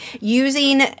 using